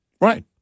Right